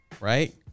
Right